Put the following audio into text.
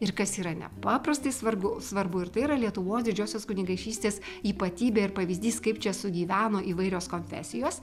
ir kas yra nepaprastai svarbu svarbu ir tai yra lietuvos didžiosios kunigaikštystės ypatybė ir pavyzdys kaip čia sugyveno įvairios konfesijos